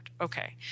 okay